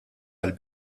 għall